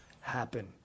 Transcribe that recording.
happen